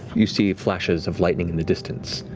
you see flashes of lightning in the distance,